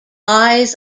lies